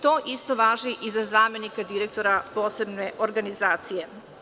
To isto važi i za zamenika direktora posebne organizacije.